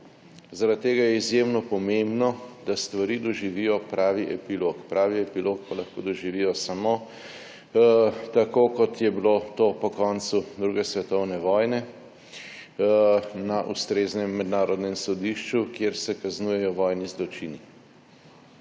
zaradi tega je izjemno pomembno, da stvari doživijo pravi epilog. Pravi epilog pa lahko doživijo samo tako, kot je bilo to po koncu druge svetovne vojne – na ustreznem mednarodnem sodišču, kjer se kaznujejo vojni zločini.